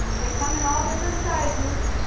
they come in all different sizes.